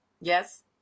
Yes